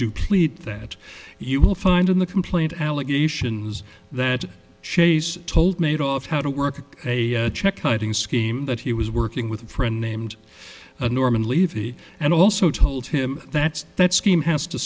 do plead that you will find in the complaint allegations that chase told made off how to work a check kiting scheme that he was working with a friend named norman levy and also told him that that scheme has to